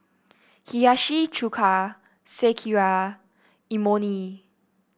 Hiyashi Chuka Sekihan Imoni